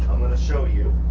i'm gonna show you.